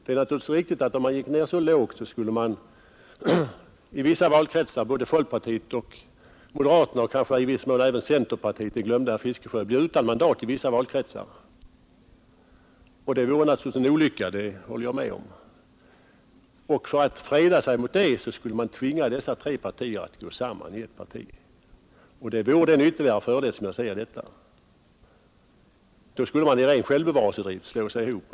Det är riktigt att om man gick ned så lågt skulle i vissa valkretsar både folkpartiet och moderaterna och kanske även centerpartiet — det glömde herr Fiskesjö — bli utan mandat. Och det vore naturligtvis en olycka — det håller jag med om. Men för att freda sig mot detta skulle man tvinga dessa tre partier att gå samman i ett parti. Detta är en ytterligare fördel som jag ser här. Partierna skulle alltså av ren självbevarelsedrift slå sig ihop.